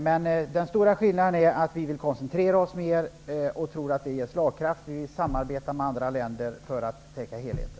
Men den stora skillnaden är att vi vill koncentrera insatserna mer, eftersom vi tror att det ger slagkraft. Vi vill samarbeta med andra länder för att täcka helheten.